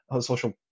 social